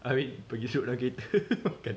abeh dalam kereta makan